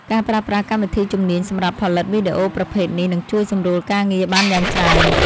ការប្រើប្រាស់កម្មវិធីជំនាញសម្រាប់ផលិតវីដេអូប្រភេទនេះនឹងជួយសម្រួលការងារបានយ៉ាងច្រើន។